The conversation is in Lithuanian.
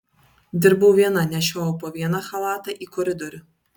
dirbau viena nešiojau po vieną chalatą į koridorių